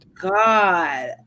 God